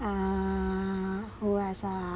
ah who has uh